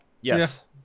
yes